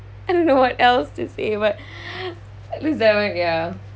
I don't know what else to say but at least there aren't ya